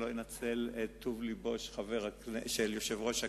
אני לא אנצל את טוב לבו של יושב-ראש הכנסת,